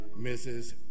mrs